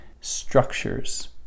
structures